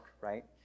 right